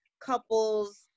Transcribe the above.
couples